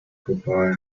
vorbei